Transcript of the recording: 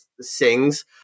sings